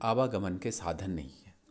आवागमन के साधन नहीं है